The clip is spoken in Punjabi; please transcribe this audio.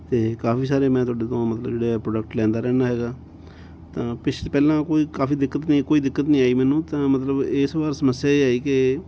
ਅਤੇ ਕਾਫ਼ੀ ਸਾਰੇ ਮੈਂ ਤੁਹਾਡੇ ਤੋਂ ਮਤਲਬ ਜਿਹੜੇ ਹੈ ਪ੍ਰੋਡਕਟ ਲਿਆਉਂਦਾ ਰਹਿੰਦਾ ਹੈਗਾ ਤਾਂ ਪਿਛ ਪਹਿਲਾਂ ਕੋਈ ਕਾਫ਼ੀ ਦਿੱਕਤ ਨਹੀਂ ਕੋਈ ਦਿੱਕਤ ਨਹੀਂ ਆਈ ਮੈਨੂੰ ਤਾਂ ਮਤਲਬ ਇਸ ਵਾਰ ਸਮੱਸਿਆ ਇਹ ਆਈ ਕਿ